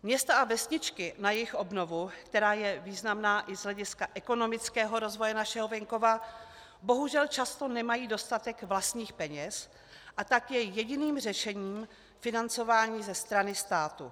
Města a vesničky na jejich obnovu, která je významná i z hlediska ekonomického rozvoje našeho venkova, bohužel často nemají dostatek vlastních peněz, a tak je jediným řešením financování ze strany státu.